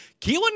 Keelan